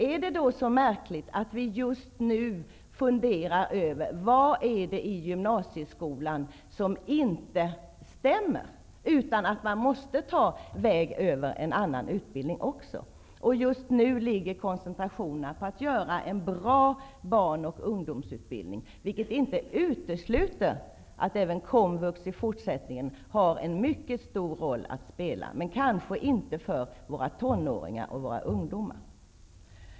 Är det då så märkligt att vi just nu funderar över vad det är i gymnasieskolan som inte stämmer utan att man måste ta vägen över en annan utbildning också? Just nu ligger koncentrationen på att skapa en bra barn och ungdomsutbildning. Det utesluter inte att komvux även i fortsättningen har en mycket stor roll att spela, men kanske inte för våra tonåringar och ungdomar.